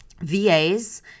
VAs